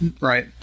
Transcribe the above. right